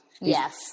Yes